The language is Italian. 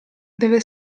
deve